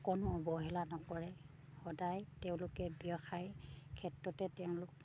অকনো অৱহেলা নকৰে সদায় তেওঁলোকে ব্যৱসায় ক্ষেত্ৰতে তেওঁলোক